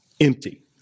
empty